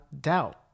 doubt